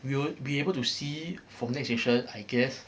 we will be able to see from next station I guess